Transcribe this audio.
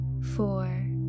four